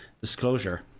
disclosure